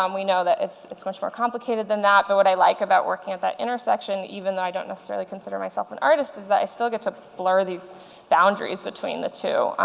um we know that it's it's much more complicated than that. but what i like about working at that intersection, even though i don't necessarily consider myself an artist, is that i still get to blur these boundaries between the two.